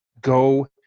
Go